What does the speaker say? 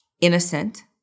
innocent